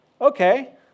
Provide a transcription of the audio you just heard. okay